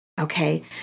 okay